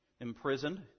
imprisoned